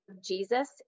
Jesus